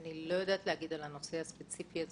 אני לא יודעת להגיד על הנושא הספציפי הזה